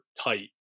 tight